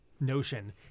notion